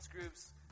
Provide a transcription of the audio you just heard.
groups